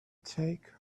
take